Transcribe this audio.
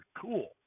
Cool